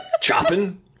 chopping